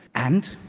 and,